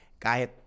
Kahit